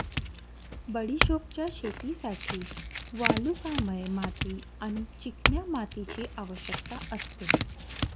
बडिशोपच्या शेतीसाठी वालुकामय माती आणि चिकन्या मातीची आवश्यकता असते